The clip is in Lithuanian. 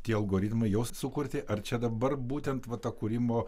tie algoritmai jos sukurti ar čia dabar būtent va ta kūrimo